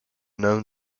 known